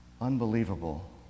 unbelievable